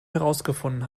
herausgefunden